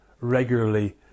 regularly